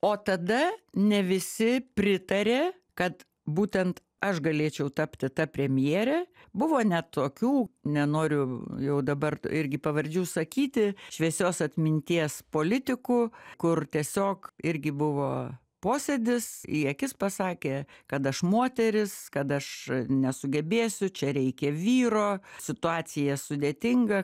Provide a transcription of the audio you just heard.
o tada ne visi pritarė kad būtent aš galėčiau tapti ta premjere buvo net tokių nenoriu jau dabar irgi pavardžių sakyti šviesios atminties politikų kur tiesiog irgi buvo posėdis į akis pasakė kad aš moteris kad aš nesugebėsiu čia reikia vyro situacija sudėtinga